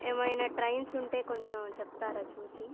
ఏమైనా ట్రైన్స్ ఉంటే కొంచెం చెప్తారా చూసి